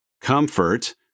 Comfort